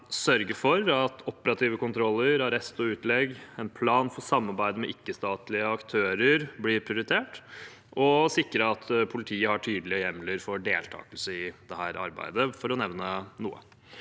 sørge for at operative kontroller, arrest og utlegg og en plan for samarbeid med ikke-statlige aktører blir prioritert, og å sikre at politiet har tydelige hjemler for deltakelse i dette arbeidet, for å nevne noe.